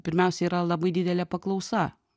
pirmiausia yra labai didelė paklausa